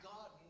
God